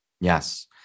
Yes